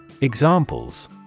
Examples